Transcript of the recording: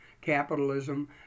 capitalism